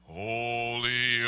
holy